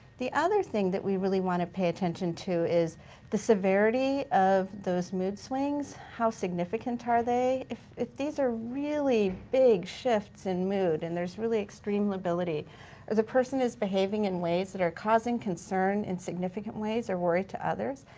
the other thing that we really wanna pay attention to is the severity of those mood swings. how significant are they? if if these are really big shifts in mood and there's really extreme lability, or the person is behaving in ways that are causing concern in significant ways or worry to others,